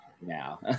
now